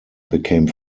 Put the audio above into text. became